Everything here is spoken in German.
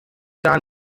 gar